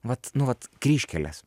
vat nu vat kryžkelės